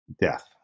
death